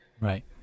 Right